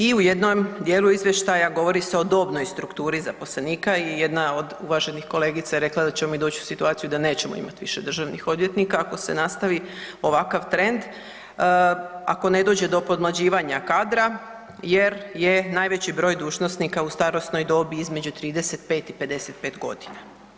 I u jednom djelu izvještaja govori se o dobnoj strukturi zaposlenika i jedna od uvaženih kolegica je rekla da ćemo mi doći u situaciju da nećemo imati više državnih odvjetnika ako se nastavi ovakav trend, ako ne dođe do podmlađivanja kadra jer je najveći broj dužnosnika u starosnoj dobi između 35 i 55 godina.